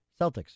Celtics